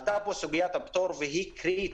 עלתה פה סוגיית הפטור והיא קריטית.